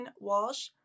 Walsh